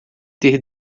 ter